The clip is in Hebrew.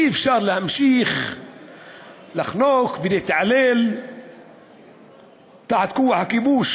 אי-אפשר להמשיך לחנוק ולהתעלל תחת כוח הכיבוש.